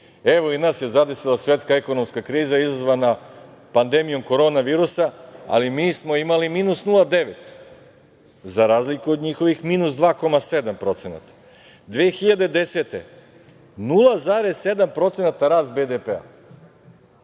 Evo, i nas je zadesila svetska ekonomska kriza izazvana pandemijom korona virusa, ali mi smo imali minus 0,9% za razliku od njihovih minus 2,7%.Godine 2010. 0,7% rast BDP-a,